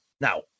Now